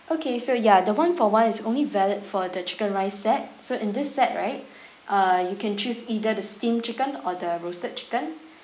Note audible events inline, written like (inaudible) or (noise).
okay so ya the one for one is only valid for the chicken rice set so in this set right (breath) uh you can choose either the steam chicken or the roasted chicken